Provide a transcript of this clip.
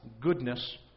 goodness